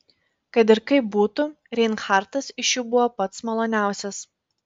kad ir kaip būtų reinhartas iš jų buvo pats maloniausias